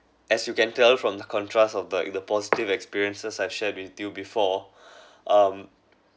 as you can tell from the contrast of the positive experiences I share with you before um